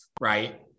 Right